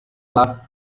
last